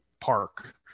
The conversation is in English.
park